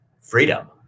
freedom